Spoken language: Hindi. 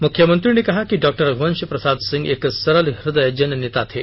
मुख्यमंत्री ने कहा कि डॉ रघ्वंश प्रसाद सिंह एक सरल हदय जननेता थे